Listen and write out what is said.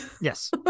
yes